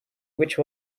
which